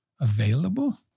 available